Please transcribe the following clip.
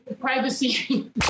privacy